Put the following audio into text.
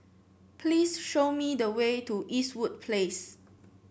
please show me the way to Eastwood Place